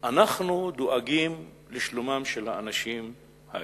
אנחנו דואגים לשלומם של האנשים האלה.